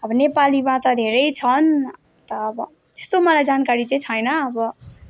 अब नेपालीमा त धेरै छन् त अब त्यस्तो मलाई जानकारी चाहिँ छैन अब